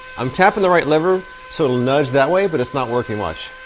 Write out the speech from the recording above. i'm tapping the right lever so it'll nudge that way, but it's not working. watch.